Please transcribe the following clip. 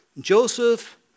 Joseph